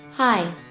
Hi